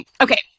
okay